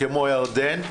כמו ירדן,